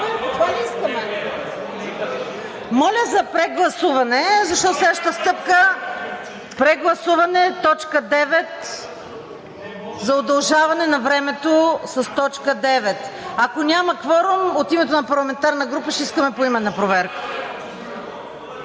Моля за прегласуване, защото следващата стъпка… Прегласуване за удължаване на времето – с точка девета. Ако няма кворум, от името на парламентарна група ще искаме поименна проверка.